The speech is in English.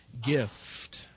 Gift